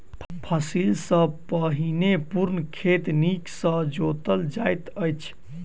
फसिल सॅ पहिने पूर्ण खेत नीक सॅ जोतल जाइत अछि